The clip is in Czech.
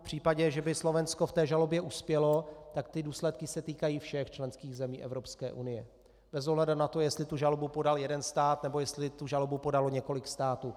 V případě, že by Slovensko v té žalobě uspělo, tak ty důsledky se týkají všech členských zemí Evropské unie bez ohledu na to, jestli žalobu podal jeden stát, nebo jestli tu žalobu podalo několik států.